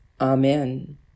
amen